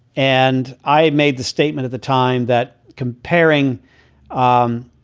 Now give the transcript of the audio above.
and i made the statement at the time that comparing um